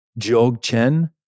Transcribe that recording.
Jogchen